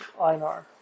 Einar